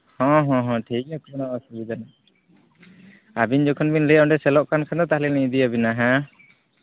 ᱦᱚᱸ ᱦᱚᱸ ᱦᱚᱸ ᱴᱷᱤᱠᱜᱮᱭᱟ ᱟᱪᱪᱷᱟ ᱢᱟ ᱚᱥᱩᱵᱤᱫᱟ ᱫᱚ ᱵᱟᱹᱱᱩᱜᱼᱟ ᱟᱹᱵᱤᱱ ᱡᱚᱠᱷᱚᱱ ᱵᱤᱱ ᱞᱟᱹᱭᱮᱜᱼᱟ ᱚᱸᱰᱮ ᱥᱮᱞᱚᱜ ᱠᱟᱱ ᱠᱷᱟᱱ ᱫᱚ ᱛᱟᱦᱞᱮ ᱞᱤᱧ ᱤᱫᱤᱭᱟᱵᱤᱱᱟ ᱦᱮᱸ